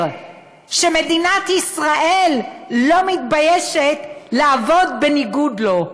שמדינת ישראל לא מתביישת לעבוד בניגוד לו.